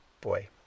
boy